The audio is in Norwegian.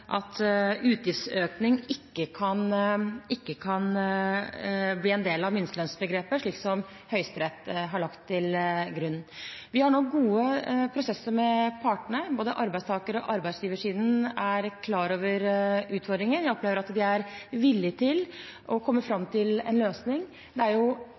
utgiftsøkning ikke kan bli en del av minstelønnsbegrepet, slik som Høyesterett har lagt til grunn. Vi har nå gode prosesser med partene. Både arbeidstakersiden og arbeidsgiversiden er klar over utfordringen. Jeg opplever at de er villig til å komme fram til en løsning. Det er